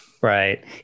right